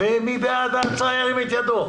מי בעד ההצעה, ירים את ידו.